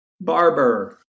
Barber